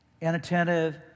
inattentive